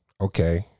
okay